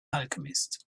alchemist